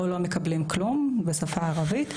או שלא מקבלים כלום בשפה הערבית,